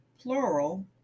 plural